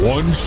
One